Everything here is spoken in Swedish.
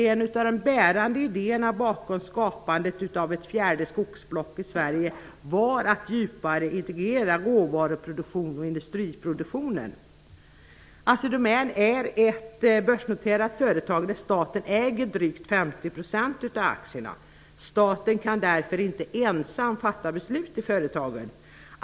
En av de bärande idéerna bakom skapandet av ett fjärde skogsblock i Sverige var att djupare integrera råvaruproduktionen och industriproduktionen. Assi Domän är ett börsnoterat företag där staten äger drygt 50 % av aktierna. Staten kan därför inte ensam fatta beslut i företaget.